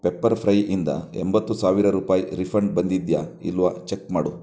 ಪೆಪ್ಪರ್ಫ್ರೈ ಇಂದ ಎಂಬತ್ತು ಸಾವಿರ ರೂಪಾಯಿ ರೀಫಂಡ್ ಬಂದಿದೆಯಾ ಇಲ್ವಾ ಚೆಕ್ ಮಾಡು